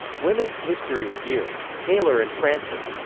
women's history review. taylor and francis.